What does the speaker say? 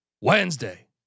Wednesday